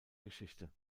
geschichte